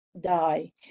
die